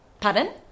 pardon